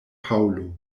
paŭlo